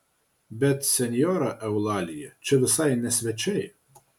bet senjora eulalija čia visai ne svečiai